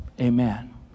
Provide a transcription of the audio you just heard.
Amen